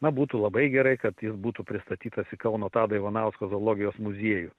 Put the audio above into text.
na būtų labai gerai kad jis būtų pristatytas į kauno tado ivanausko zoologijos muziejų